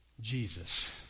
Jesus